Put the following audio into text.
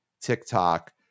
TikTok